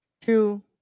two